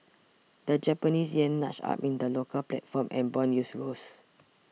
the Japanese yen nudged up in the local platform and bond yields rose